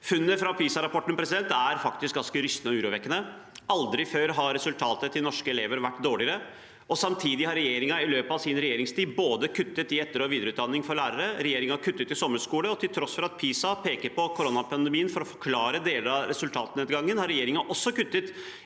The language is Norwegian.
Funnene fra PISA-rapporten er faktisk ganske rystende og urovekkende. Aldri før har resultatet til norske elever vært dårligere. Samtidig har regjeringen i løpet av sin regjeringstid kuttet i etter- og videreutdanning for lærere, regjeringen har kuttet i sommerskolen, og til tross for at PISA peker på koronapandemien for å forklare deler av resultatnedgangen, har regjeringen også kuttet